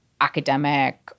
academic